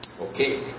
Okay